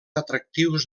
atractius